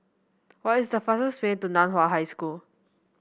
what is the fastest way to Nan Hua High School